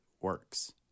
works